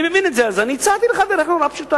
אני מבין את זה, אז הצעתי לך דרך נורא פשוטה: